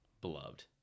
beloved